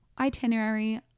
itinerary